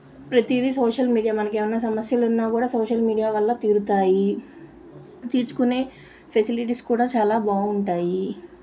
ప్రతీది social media మనకేమైనా సమస్యలున్నా కూడా సోషల్ మీడియా వల్ల తిరుతాయి తీర్చుకునే ఫెసిలిటీస్ కూడా చాలా బాగుంటాయి